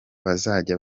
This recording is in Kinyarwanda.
bazajya